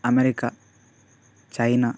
America China